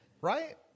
Right